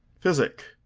physic,